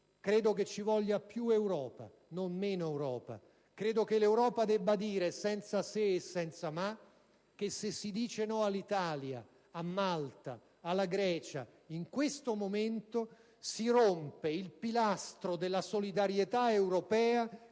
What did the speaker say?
siete voi, vorrei più Europa non meno Europa. Credo che l'Europa debba dire, senza se e senza ma, che se si dice no all'Italia, a Malta e alla Grecia in questo momento si rompe il pilastro della solidarietà europea